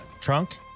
trunk